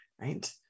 right